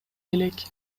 элек